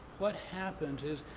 what happens is,